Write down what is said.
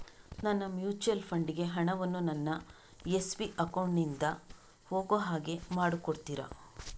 ನನ್ನ mutual fund ಗೆ ಹಣ ವನ್ನು ನನ್ನ ಎಸ್.ಬಿ ಅಕೌಂಟ್ ನಿಂದ ಹೋಗು ಹಾಗೆ ಮಾಡಿಕೊಡುತ್ತೀರಾ?